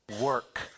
work